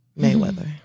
Mayweather